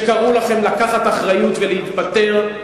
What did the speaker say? כשקראו לכם לקחת אחריות ולהתפטר,